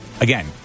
again